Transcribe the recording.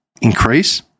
increase